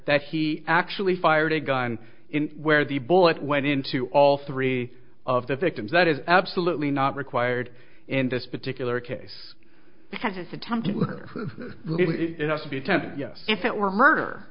that he actually fired a gun in where the bullet went into all three of the victims that is absolutely not required in this particular case because it's attempted murder it has to be tested yes if it were murder